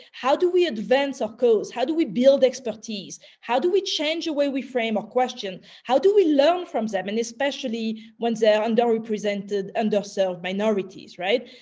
how do we advance our course? how do we build expertise? how do we change a way we frame a question? how do we learn from them? and especially when they're underrepresented, underserved minorities? right?